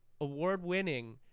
award-winning